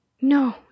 No